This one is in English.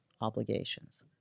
obligations